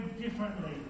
differently